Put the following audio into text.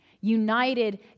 united